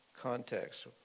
context